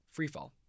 Freefall